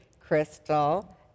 Crystal